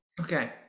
Okay